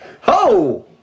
ho